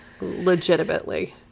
legitimately